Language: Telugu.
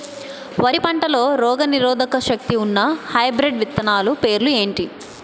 వరి పంటలో రోగనిరోదక శక్తి ఉన్న హైబ్రిడ్ విత్తనాలు పేర్లు ఏంటి?